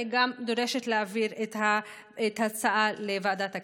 אני גם דורשת להעביר את ההצעה לוועדת הכספים.